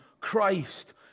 Christ